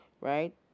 right